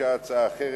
לאחר